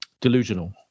delusional